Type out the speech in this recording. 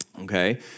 okay